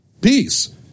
Peace